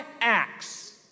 acts